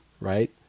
right